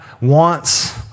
wants